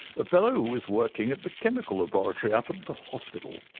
a fellow who is working at the chemical laboratory up at the hospital.